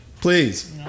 Please